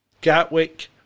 Gatwick